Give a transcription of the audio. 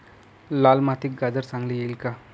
लाल मातीत गाजर चांगले येईल का?